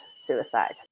suicide